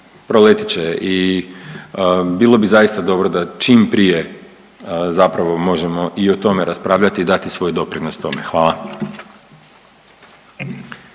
proletit će i bilo bi zaista dobro da čim prije zapravo možemo i o tome raspravljati i dati svoj doprinos tome. Hvala.